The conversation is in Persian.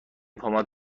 پماد